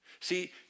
See